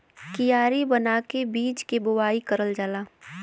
कियारी बना के बीज के बोवाई करल जाला